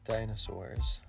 Dinosaurs